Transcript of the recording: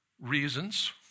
reasons